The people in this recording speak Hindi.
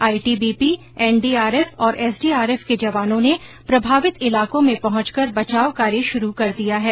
आईटीबीपी एनडीआरएफ और एसडीआरएफ के जवानों ने प्रभावित इलाकों में पहुंच कर बचाव कार्य शुरू कर दिया है